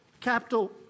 Capital